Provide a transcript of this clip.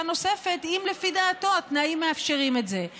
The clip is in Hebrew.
נוספת אם לפי דעתו התנאים מאפשרים את זה.